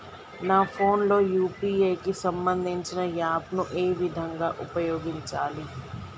నా ఫోన్ లో యూ.పీ.ఐ కి సంబందించిన యాప్ ను ఏ విధంగా ఉపయోగించాలి?